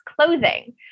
clothing